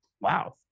Wow